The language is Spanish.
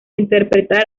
interpretar